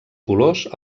colors